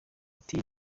ati